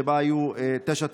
שבה היו תשע תאונות,